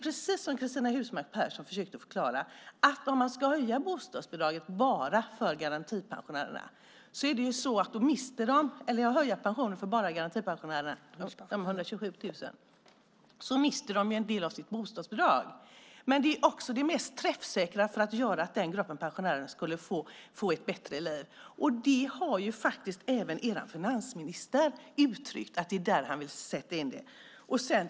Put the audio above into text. Cristina Husmark Pehrsson försökte förklara, att om man höjer pensionerna bara för garantipensionärerna, de 127 000, mister de en del av sitt bostadsbidrag, men det är också det mest träffsäkra för att se till att den gruppen pensionärer får ett bättre liv. Det har faktiskt även er finansminister uttryckt. Det är där han vill sätta in åtgärder.